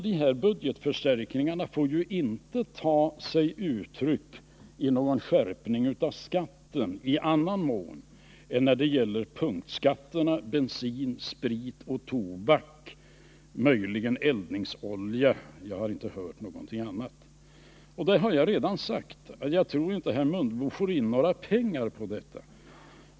Dessa budgetförstärkningar får inte ta sig uttryck i någon skärpning av skatten i annan mån än i form av punktskatter på bensin, sprit och tobak — möjligen också på eldningsolja. Något annat har jag inte hört talas om. Och som jag redan sagt tror jag inte att herr Mundebo får in några pengar på det sättet.